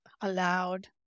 allowed